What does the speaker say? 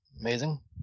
amazing